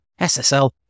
SSL